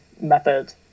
method